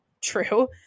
True